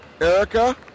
Erica